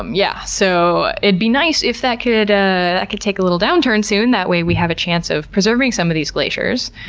um yeah so it'd be nice if that could ah could take a little downturn soon, that way we have a chance of preserving some of these glaciers,